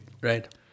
Right